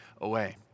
away